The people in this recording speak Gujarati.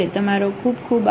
તમારો ખુબ ખુબ આભાર